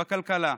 בכלכלה.